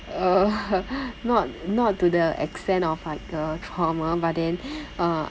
(uh huh) not not to the extent of like a trauma but then uh